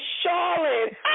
Charlotte